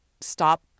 stop